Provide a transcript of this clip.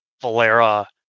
Valera